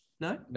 No